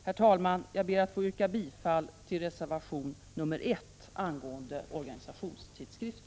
Herr talman, jag ber att få yrka bifall till reservationerna B 3 och A 1.